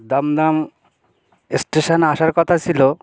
দমদম স্টেশনে আসার কথা ছিলো